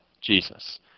Jesus